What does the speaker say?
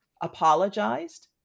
apologized